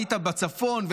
היית בצפון,